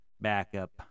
backup